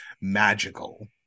magical